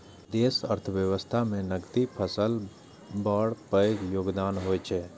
देशक अर्थव्यवस्था मे नकदी फसलक बड़ पैघ योगदान होइ छै